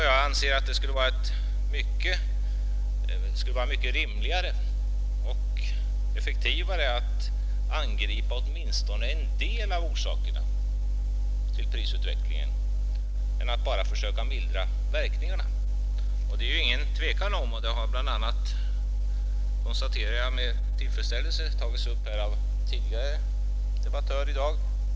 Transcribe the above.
Jag anser att det skulle vara mycket rimligare och effektivare att angripa åtminstone en del av orsakerna till prisutvecklingen än att bara försöka mildra verkningarna. Jag konstaterar med tillfredsställelse att momsens inverkan har tagits upp av en tidigare debattör i dag.